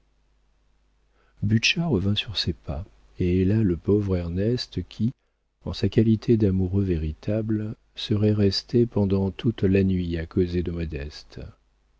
revint sur ses pas et héla le pauvre ernest qui en sa qualité d'amoureux véritable serait resté pendant toute la nuit à causer de modeste